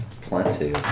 plenty